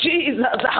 Jesus